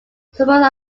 suppose